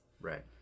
right